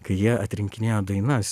kai jie atrinkinėjo dainas